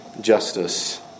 justice